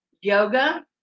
Yoga